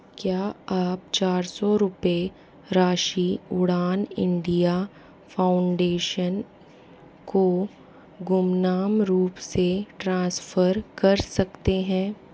क्या आप चार सौ रुपये राशि उड़ान इंडिया फाउंडेशन को गुमनाम रूप से ट्रांसफ़र कर सकते हैं